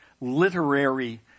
literary